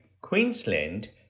Queensland